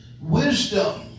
wisdom